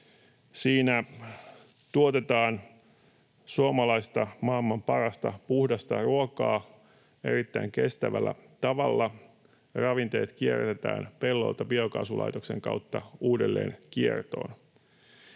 Siinä tuotetaan suomalaista, maailman parasta puhdasta ruokaa erittäin kestävällä tavalla. Ravinteet kierrätetään pelloilta biokaasulaitoksen kautta uudelleen kiertoon.